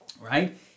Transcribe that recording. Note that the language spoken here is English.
right